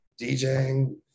DJing